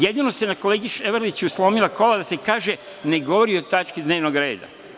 Jedino se na kolegi Ševarliću „slomila kola“ da se kaže - ne govori o tački dnevnog reda.